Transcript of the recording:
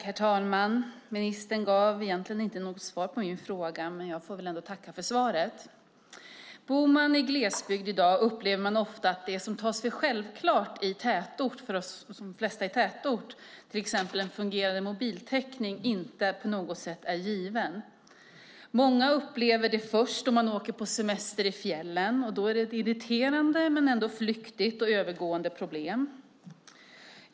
Herr talman! Ministern gav egentligen inte något svar på min fråga, men jag får väl ändå tacka för svaret. Bor man i glesbygd i dag upplever man ofta att det som tas för självklart för de flesta i tätort, till exempel en fungerande mobiltäckning, inte på något sätt är givet. Många upplever det först om man åker på semester i fjällen, och då är det ett irriterande men ändå flyktigt och övergående problem.